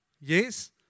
yes